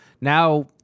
now